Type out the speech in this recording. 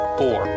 four